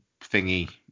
thingy